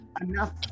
enough